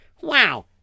Wow